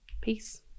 Peace